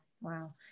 Wow